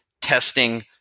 testing